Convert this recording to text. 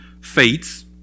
fates